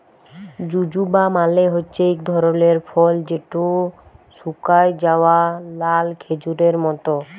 জুজুবা মালে হছে ইক ধরলের ফল যেট শুকাঁয় যাউয়া লাল খেজুরের মত